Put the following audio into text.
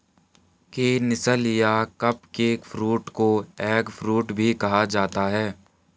canistel या cupcake fruit को eggfruit भी कहा जाता है